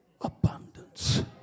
abundance